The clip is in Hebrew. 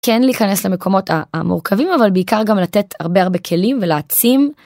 כן להיכנס למקומות המורכבים אבל בעיקר גם לתת הרבה הרבה כלים ולהעצים